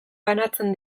banatzen